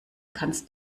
kannst